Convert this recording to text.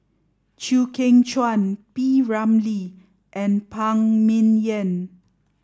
Chew Kheng Chuan P Ramlee and Phan Ming Yen